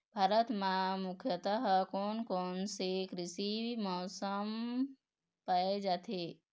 भारत म मुख्यतः कोन कौन प्रकार के कृषि मौसम पाए जाथे?